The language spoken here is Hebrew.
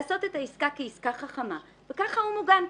לעשות את העסקה כעסקה חכמה וכך הוא מוגן.